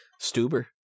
Stuber